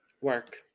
work